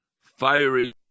fiery